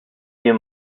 few